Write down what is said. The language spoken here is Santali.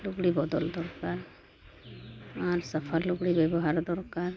ᱞᱩᱜᱽᱲᱤ ᱵᱚᱫᱚᱞ ᱫᱚᱨᱠᱟᱨ ᱟᱨ ᱥᱟᱯᱷᱟ ᱞᱩᱜᱽᱲᱤ ᱵᱮᱵᱚᱦᱟᱨ ᱫᱚᱨᱠᱟᱨ